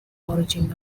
origin